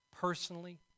personally